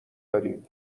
دارین